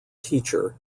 teacher